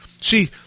See